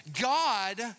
God